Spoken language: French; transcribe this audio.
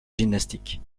gymnastique